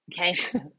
okay